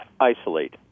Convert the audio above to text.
isolate